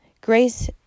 Grace